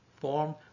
form